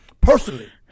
personally